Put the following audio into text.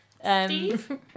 Steve